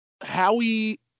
Howie –